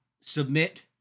submit